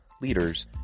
leaders